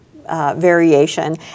Variation